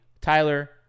Tyler